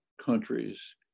Countries